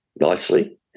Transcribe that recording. nicely